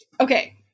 okay